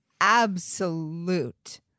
absolute